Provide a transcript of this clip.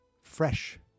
fresh